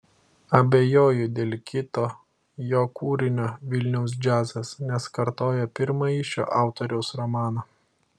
abejoju dėl kito jo kūrinio vilniaus džiazas nes kartoja pirmąjį šio autoriaus romaną